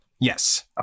Yes